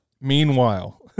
meanwhile